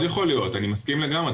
מאוד יכול להיות, אני מסכים לגמרי.